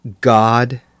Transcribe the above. God